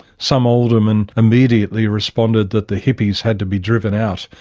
some aldermen immediately responded that the hippies had to be driven out.